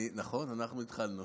נכון, אנחנו התחלנו.